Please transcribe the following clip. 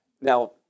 Now